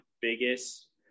biggest